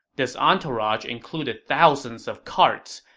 this entourage included thousands of carts,